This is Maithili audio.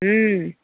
हुँ